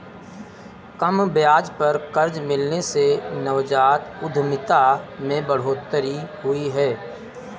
कम ब्याज पर कर्ज मिलने से नवजात उधमिता में बढ़ोतरी हुई है